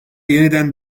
yeniden